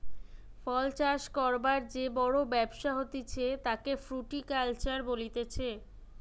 ফল চাষ করবার যে বড় ব্যবসা হতিছে তাকে ফ্রুটিকালচার বলতিছে